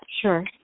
Sure